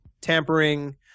tampering